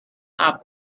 are